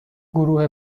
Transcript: گروه